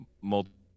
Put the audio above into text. multiple